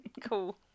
Cool